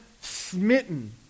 smitten